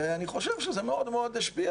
ואני חושב שזה מאוד השפיע.